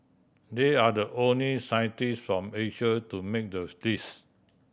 they are the only scientist from Asia to make the list